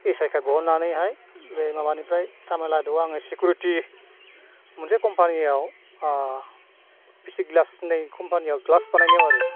S I card दिहुननानैहाय बे माबानिफ्राय तामिलनाडुआव आं सिकिउरिति मोनसे कम्पानियाव फिसि ग्लास होननाय कम्पानियाव ग्लास बानायनायाव आरो